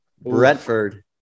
Brentford